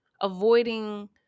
avoiding